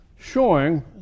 showing